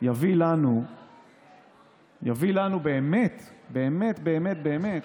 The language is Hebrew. יביא לנו באמת באמת באמת